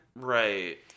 Right